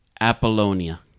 Apollonia